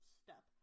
step